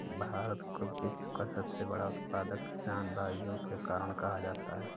भारत को विश्व का सबसे बड़ा उत्पादक किसान भाइयों के कारण कहा जाता है